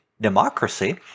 democracy